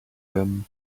them